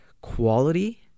quality